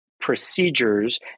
procedures